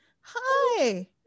hi